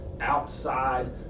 outside